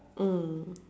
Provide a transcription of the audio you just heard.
mm